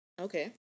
Okay